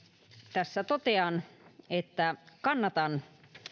tässä totean että kannatan